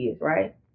right